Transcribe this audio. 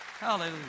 Hallelujah